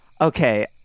Okay